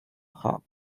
her